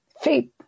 Faith